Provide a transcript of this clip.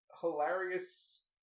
hilarious